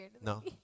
No